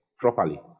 properly